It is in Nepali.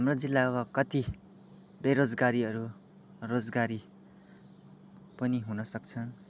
हाम्रो जिल्लाको कति बेरोजगारीहरू रोजगारी पनि हुन सक्छन्